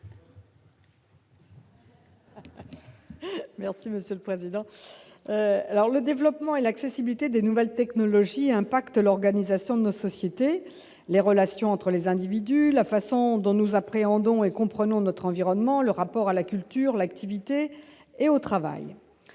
Merci monsieur le président, alors le développement et l'accessibilité des nouvelles technologies impactent l'organisation de nos sociétés, les relations entre les individus, la façon dont nous appréhende on et comprenons notre environnement, le rapport à la culture, l'activité est au travail